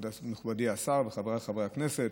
מכובדי השר וחבריי חברי הכנסת,